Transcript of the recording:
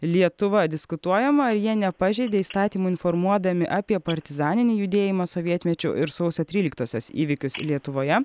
lietuva diskutuojama ar jie nepažeidė įstatymų informuodami apie partizaninį judėjimą sovietmečiu ir sausio tryliktosios įvykius lietuvoje